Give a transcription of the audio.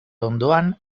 ondoan